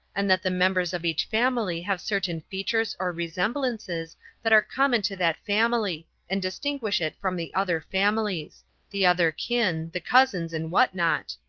and that the members of each family have certain features or resemblances that are common to that family and distinguish it from the other families the other kin, the cousins and what not.